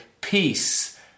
Peace